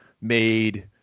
made